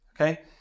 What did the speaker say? Okay